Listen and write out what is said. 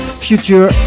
Future